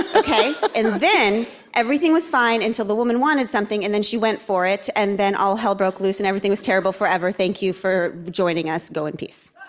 ah and then everything was fine until the woman wanted something, and then she went for it, and then all hell broke loose, and everything was terrible forever. thank you for joining us. go in peace